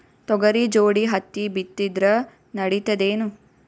ತೊಗರಿ ಜೋಡಿ ಹತ್ತಿ ಬಿತ್ತಿದ್ರ ನಡಿತದೇನು?